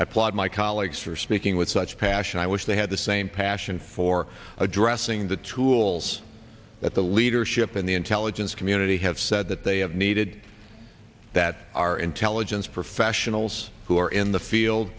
plod my colleagues are speaking with such passion i wish they had the same passion for addressing the tools that the leadership in the intelligence community have said that they have needed that our intelligence professionals who are in the field